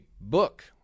book